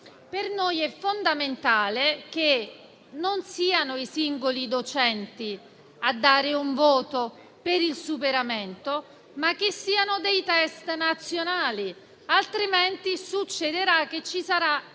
Per noi è fondamentale che non siano i singoli docenti a dare un voto per il superamento, ma siano dei test nazionali; altrimenti succederà che ci sarà